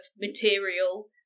material